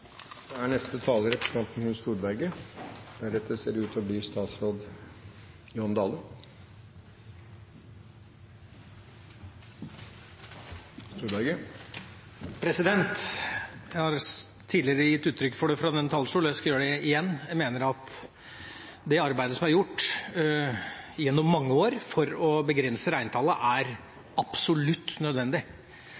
Jeg har tidligere gitt uttrykk for fra denne talerstolen – og jeg skal gjøre det igjen – at jeg mener at det arbeidet som er gjort gjennom mange år for å begrense reintallet,